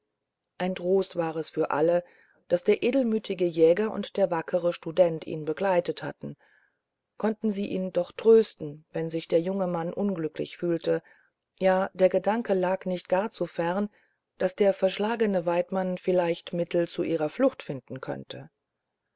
ein trost war es für alle daß der heldenmütige jäger und der wackere student ihn begleitet hatten konnten sie ihn doch trösten wenn sich der junge mann unglücklich fühlte ja der gedanke lag nicht gar zu ferne daß der verschlagene weidmann vielleicht mittel zu ihrer flucht finden könnte